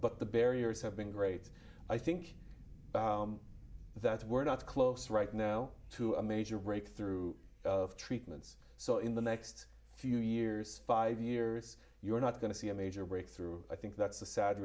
but the barriers have been great i think that we're not close right now to a major breakthrough of treatments so in the next few years five years you're not going to see a major breakthrough i think that's a sad